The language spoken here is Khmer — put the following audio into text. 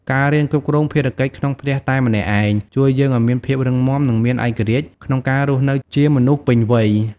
ការរៀនគ្រប់គ្រងភារកិច្ចក្នុងផ្ទះតែម្នាក់ឯងជួយយើងឱ្យមានភាពរឹងមាំ និងមានឯករាជ្យក្នុងការរស់នៅជាមនុស្សពេញវ័យ។